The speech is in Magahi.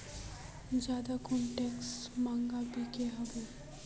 ज्यादा कुन ट्रैक्टर महंगा बिको होबे?